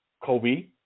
Kobe